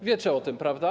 Wiecie o tym, prawda?